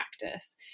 practice